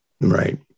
right